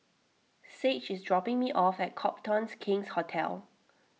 Sage is dropping me off at Copthorne King's Hotel